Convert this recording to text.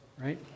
right